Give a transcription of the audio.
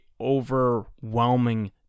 overwhelming